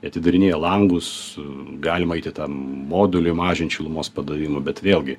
jie atidarinėja langus galima eiti ten moduly mažint šilumos padavimą bet vėlgi